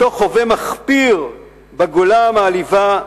מתוך הווה מחפיר בגולה המעליבה,